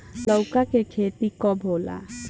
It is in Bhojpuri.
लौका के खेती कब होला?